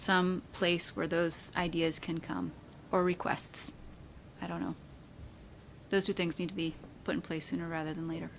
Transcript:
some place where those ideas can come or requests i don't know those two things need to be put in place sooner rather than later